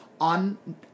on